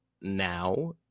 now